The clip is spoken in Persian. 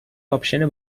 آپشن